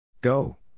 go